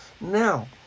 Now